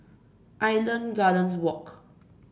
Island Gardens Walk